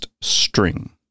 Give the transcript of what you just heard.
string